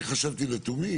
אני חשבתי לתומי,